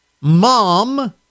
mom